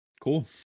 Cool